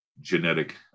genetic